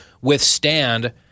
withstand